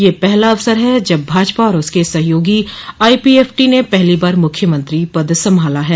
यह पहला अवसर है जब भाजपा और उसके सहयोगी आईपीएफटी ने पहली बार मुख्यमंत्री पद संभाला ह